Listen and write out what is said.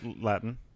latin